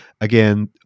again